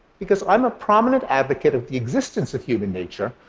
because i'm a prominent advocate of the existence of human nature,